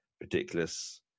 ridiculous